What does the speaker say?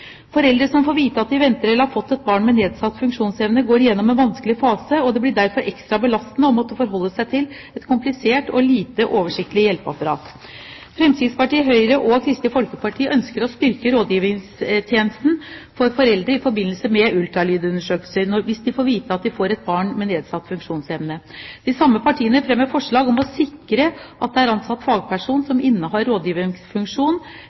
Foreldre som får vite at de venter eller har fått et barn med nedsatt funksjonsevne, går igjennom en vanskelig fase, og det blir derfor ekstra belastende å måtte forholde seg til et komplisert og lite oversiktlig hjelpeapparat. Fremskrittspartiet, Høyre og Kristelig Folkeparti ønsker å styrke rådgivningstjenesten for foreldre i forbindelse med ultralydundersøkelse, hvis man får vite at man får et barn med nedsatt funksjonsevne. De samme partiene fremmer forslag om å sikre at det er ansatt